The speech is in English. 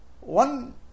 one